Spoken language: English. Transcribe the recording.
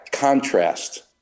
contrast